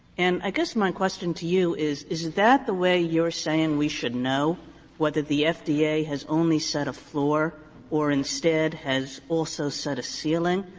and i guess my question to you is, is that the way you are saying we should know whether the fda has only set a floor or instead has also set a ceiling,